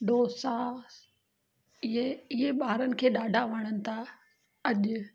डोसा इहे इहे ॿारनि खे ॾाढा वणण था अॼु